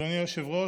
אדוני היושב-ראש,